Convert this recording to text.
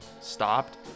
stopped